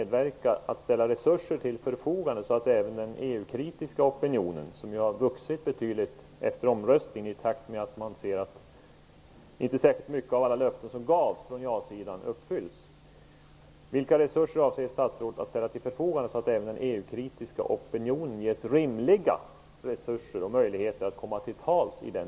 den har ju vuxit i kraft betydligt efter folkomröstningen i takt med att människorna inser att inte många av de löften som gavs från ja-sidan har uppfyllts - ges rimliga resurser och möjligheter att komma till tals?